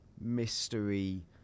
mystery